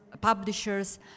publishers